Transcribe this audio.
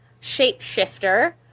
shapeshifter